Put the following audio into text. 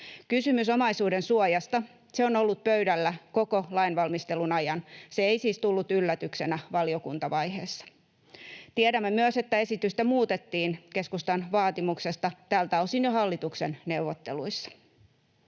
Kysymys omaisuudensuojasta on ollut pöydällä koko lainvalmistelun ajan. Se ei siis tullut yllätyksenä valiokuntavaiheessa. Tiedämme myös, että esitystä muutettiin keskustan vaatimuksesta tältä osin jo hallituksen neuvotteluissa.